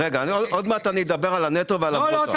היום יש